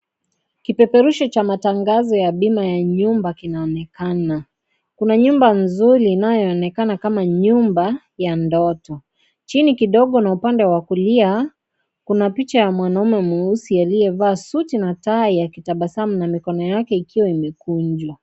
KIpeperushi cha matangazo ya bima ya nyumba kinaonekana. Kuna nyumba nzuri inayoonekana kama nyumba ya ndoto . Chini kidogo na upande wa kulia ,kuna picha ya mwanamume mweusi ,aliyevaa suti na tai , akitabasamu na mikono yake ikiwa imekunjwa.